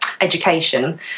Education